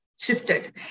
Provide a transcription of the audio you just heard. shifted